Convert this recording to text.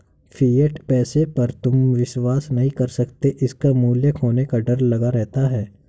fiat पैसे पर तुम विश्वास नहीं कर सकते इसका मूल्य खोने का डर लगा रहता है